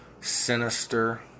sinister